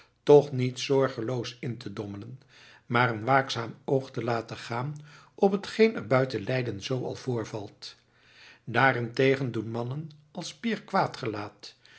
toch niet zorgeloos in te dommelen maar een waakzaam oog te laten gaan op hetgeen er buiten leiden zoo al voorvalt daarentegen doen mannen als